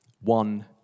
one